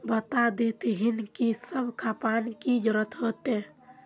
बता देतहिन की सब खापान की जरूरत होते?